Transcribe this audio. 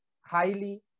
highly